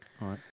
Right